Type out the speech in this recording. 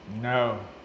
No